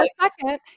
second